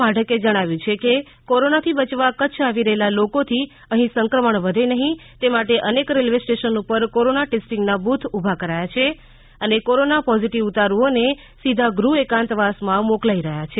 માઢકે જણાવ્યુ છે કે કોરોના થી બયવા કચ્છ આવી રહેલા લોકોથી અઠી સંક્રમણ વધે નહીં તે માટે અનેક રેલ્વે સ્ટેશન ઉપર કોરોના ટેસ્ટિંગના બૂથ ઊભા કરાયા છે અને કોરોના પોઝિટિવ ઉતારુઓને સીધા ગૃહ એકાંતવાસમાં મોકલાઈ રહ્યા છે